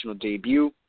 debut